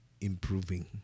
improving